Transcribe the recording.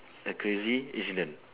like crazy incident